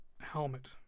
helmet